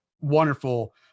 wonderful